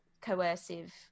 coercive